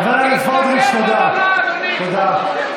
חבר הכנסת סמוטריץ', תודה.